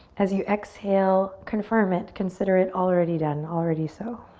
as you exhale, confirm it, consider it already done, already so.